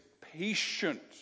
patient